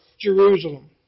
Jerusalem